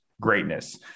greatness